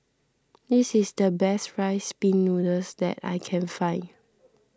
this is the best Rice Pin Noodles that I can find